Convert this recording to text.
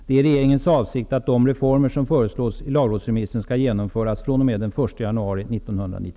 Det är regeringens avsikt att de reformer som föreslås i lagrådsremissen skall genomföras den 1